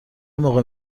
موقع